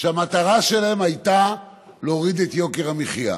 שהמטרה שלהם הייתה להוריד את יוקר המחיה,